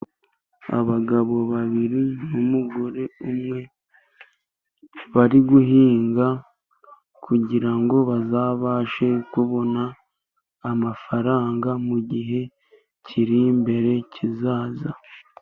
Abagabo babiri n'umugore umwe bari guhinga, kugirango bazabashe kubona amafaranga mu gihe kiri imbere kizaza.